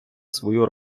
свою